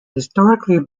historically